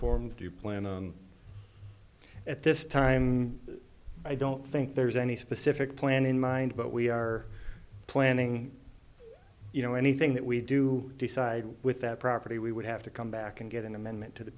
form do you plan at this time i don't think there's any specific plan in mind but we are planning you know anything that we do decide with that property we would have to come back and get an amendment to the